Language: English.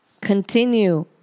continue